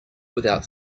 without